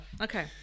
Okay